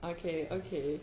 okay okay